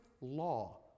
law